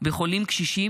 בחולים קשישים,